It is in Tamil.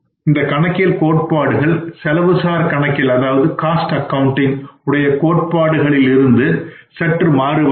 இந்த கணக்கியலின் கோட்பாடுகள் செலவுசார் கணக்கியல் உடைய கோட்பாடுகளில் இருந்து சற்று மாறுபட்டது